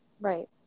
right